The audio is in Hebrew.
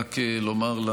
רק לומר,